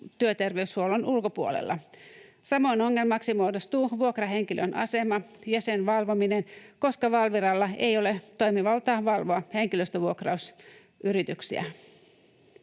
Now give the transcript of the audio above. työterveyshuollon ulkopuolella. Samoin ongelmaksi muodostuu vuokrahenkilön asema ja sen valvominen, koska Valviralla ei ole toimivaltaa valvoa henkilöstövuokrausyrityksiä.